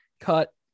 cut